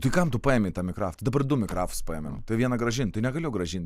tai kam tu paėmei tą mikrafą tai dabar du mikrafus paėmėm vieną grąžint tai negaliu grąžint